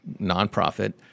nonprofit